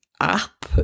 app